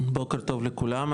בוקר טוב לכולם,